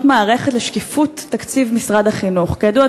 מערכת לשקיפות תקציב משרד החינוך כידוע,